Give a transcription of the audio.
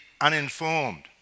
uninformed